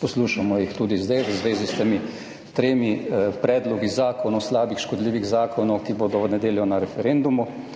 Poslušamo jih tudi zdaj v zvezi s temi tremi predlogi zakonov, slabih, škodljivih zakonov, ki bodo v nedeljo na referendumu,